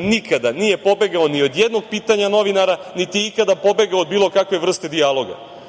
nikada nije pobegao ni od jednog pitanja novinara, niti je ikada pobegao od bilo kakve vrste dijaloga.